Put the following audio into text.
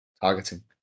targeting